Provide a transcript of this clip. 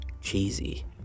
cheesy